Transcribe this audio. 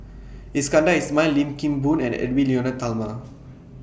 Iskandar Ismail Lim Kim Boon and Edwy Lyonet Talma